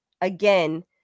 again